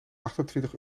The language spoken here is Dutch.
achtentwintig